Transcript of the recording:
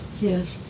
Yes